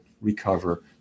recover